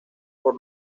por